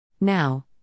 Now